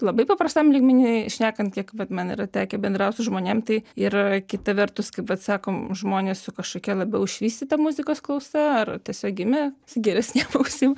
labai paprastam lygmeny šnekant kiek vat man yra tekę bendraut su žmonėm tai ir kita vertus kaip vat sakom žmonės su kažkokia labiau išvystyta muzikos klausa ar tiesiog gimė su geresnėm ausim